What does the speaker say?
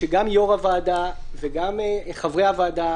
גם יושב-ראש הוועדה וגם חברי הוועדה,